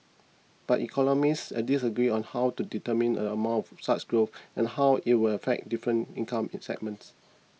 but economists are disagree on how to determine a amount of such growth and how it would affect different income in segments